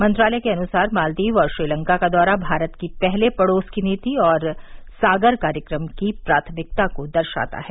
मंत्रालय के अनुसार मालदीव और श्रीलंका का दौरा भारत की पहले पड़ोस की नीति और सागर कार्यक्रम की प्राथमिकता को दर्शाता है